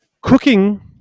Cooking